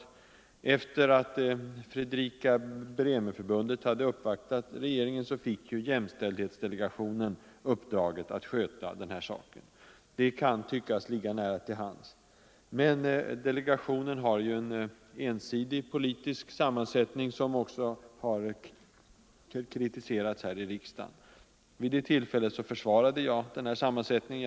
— kvinnoår Efter det att Fredrika-Bremer-förbundet hade uppvaktat regeringen fick jämställdhetsdelegationen uppdraget att sköta denna sak. Det kan tyckas ligga nära till hands. Men delegationen har en ensidig politisk sammansättning, som också har kritiserats här i riksdagen. Vid det tillfället försvarade jag regeringen.